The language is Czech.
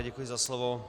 Děkuji za slovo.